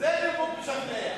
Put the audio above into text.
זה נימוק משכנע.